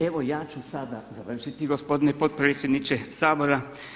Evo ja ću sada završiti gospodine potpredsjedniče Sabora.